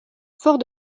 fort